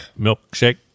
Milkshake